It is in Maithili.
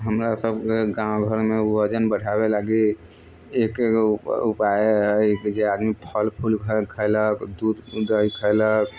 हमरासबके गाँव घरमे वजन बढ़ाबै लागी एक्के गो उपाय हइ जे आदमी फल फूल खैलक दूध दही खैलक